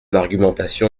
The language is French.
argumentation